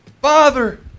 Father